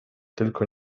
tylko